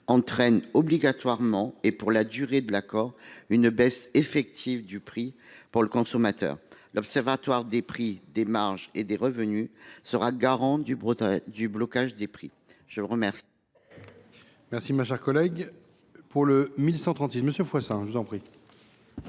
entraîne obligatoirement, et pour la durée de l’accord, une baisse effective du prix pour le consommateur. Les observatoires des prix, des marges et des revenus seront garants de ce blocage des prix. La parole